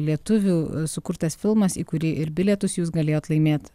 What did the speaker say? lietuvių e sukurtas filmas į kurį ir bilietus jūs galėjot laimėt